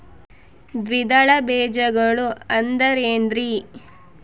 ದ್ವಿದಳ ಬೇಜಗಳು ಅಂದರೇನ್ರಿ?